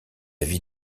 vie